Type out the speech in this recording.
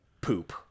poop